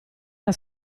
era